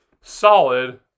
solid